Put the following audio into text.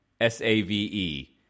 S-A-V-E